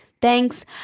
Thanks